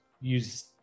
use